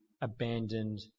abandoned